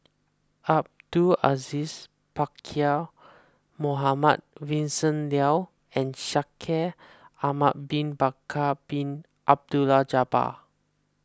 Abdul Aziz Pakkeer Mohamed Vincent Leow and Shaikh Ahmad Bin Bakar Bin Abdullah Jabbar